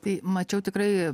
tai mačiau tikrai